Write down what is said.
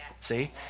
See